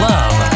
Love